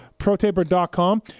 protaper.com